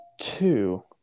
two